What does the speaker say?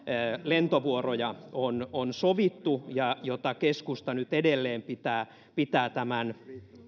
lentovuoroja on on sovittu ja jota keskusta nyt edelleen pitää pitää